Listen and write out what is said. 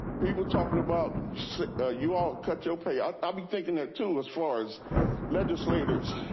people talking about you all cut your pay. ah i be thinking that too, as far as legislators,